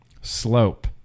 slope